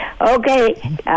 Okay